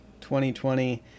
2020